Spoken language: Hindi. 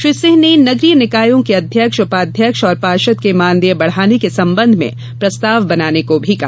श्री सिंह ने नगरीय निकायों के अध्यक्ष उपाध्यक्ष एवं पार्षद के मानदेय बढ़ाने के संबंध में प्रस्ताव बनाने को कहा